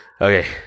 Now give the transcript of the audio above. Okay